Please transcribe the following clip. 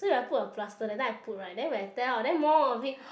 so if i put a plaster that time I put right then when I tear out then more of it